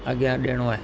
अॻियां ॾियणो आहे